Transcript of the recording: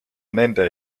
nende